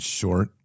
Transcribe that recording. short